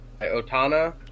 Otana